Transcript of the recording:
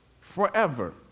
forever